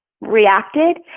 reacted